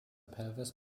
pelvis